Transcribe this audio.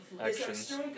actions